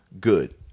Good